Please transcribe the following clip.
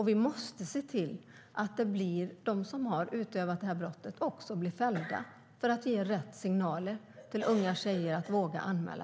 Vi måste se till att de som har begått brotten blir fällda, för att ge rätt signaler till unga tjejer så att de vågar anmäla.